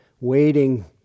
Waiting